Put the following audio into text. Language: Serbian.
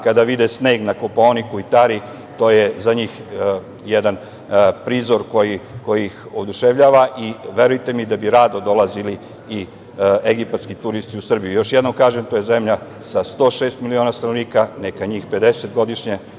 Kada vide sneg na Kopaoniku i Tari, to je za njih jedan prizor koji ih oduševljava. Verujte mi da bi rado dolazili i egipatski turisti u Srbiju. Još jednom kažem, to je zemlja sa 106 miliona stanovnika. Neka njih 50.000 godišnje